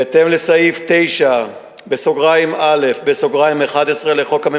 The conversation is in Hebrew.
בהתאם לסעיף 9(א)(11) לחוק הממשלה,